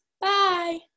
Bye